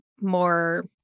more